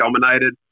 dominated